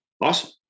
Awesome